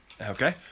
Okay